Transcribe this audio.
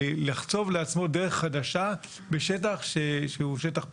לחצוב לעצמו דרך חדשה בשטח שהוא שטח פתוח.